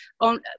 on